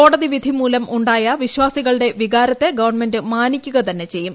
കോടതി വിധി മൂലം ഉ വായ വിശ്വാസികളുടെ വികാരത്തെ ഗവൺമെന്റ് മാനിക്കുക തന്നെ ചെയ്യും